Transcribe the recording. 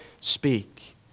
speak